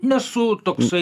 nesu toksai